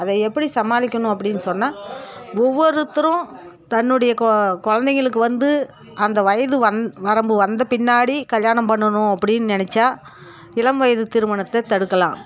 அதை எப்படி சமாளிக்கணும் அப்படின் சொன்னால் ஒவ்வொருத்தரும் தன்னுடைய கோ கொழந்தைங்களுக்கு வந்து அந்த வயது வரம்பு வந்த பின்னாடி கல்யாணம் பண்ணணும் அப்படின் நினச்சா இளம் வயது திருமணத்தை தடுக்கலாம்